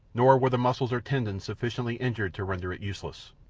nor were the muscles or tendons sufficiently injured to render it useless.